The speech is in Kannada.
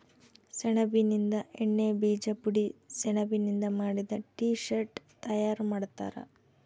ಸೆಣಬಿನಿಂದ ಎಣ್ಣೆ ಬೀಜ ಪುಡಿ ಸೆಣಬಿನಿಂದ ಮಾಡಿದ ಟೀ ಶರ್ಟ್ ತಯಾರು ಮಾಡ್ತಾರ